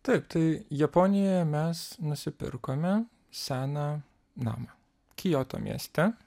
taip tai japonijoje mes nusipirkome seną namą kijoto mieste